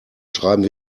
schreiben